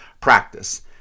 practice